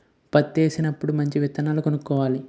పత్తేసినప్పుడు మంచి విత్తనాలు కొనుక్కోవాలి